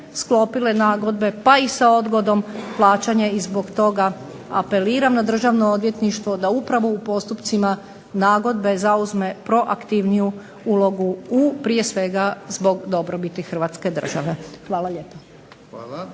sklopile nagodbe, pa i sa odgodom plaćanja. I zbog toga apeliram na Državno odvjetništvo da upravo u postupcima nagodbe zauzme proaktivniju ulogu prije svega zbog dobrobiti Hrvatske države. Hvala lijepa.